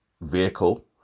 vehicle